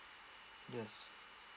yes